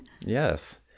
Yes